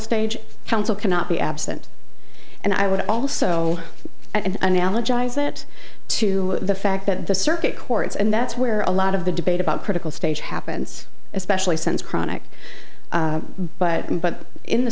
stage counsel cannot be absent and i would also add analogize it to the fact that the circuit courts and that's where a lot of the debate about critical stage happens especially since chronic button but in the